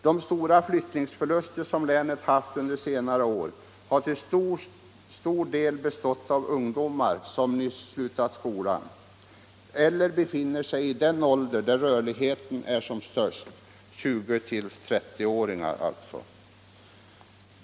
De stora flyttningsförluster som länet haft under senare år har till stor del bestått av ungdomar som nyss slutat skolan eller som befinner sig i den ålder där rörligheten är som störst — 20-30 år.